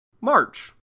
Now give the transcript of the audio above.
March